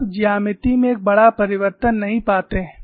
आप ज्यामिति में एक बड़ा परिवर्तन नहीं पाते हैं